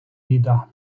біда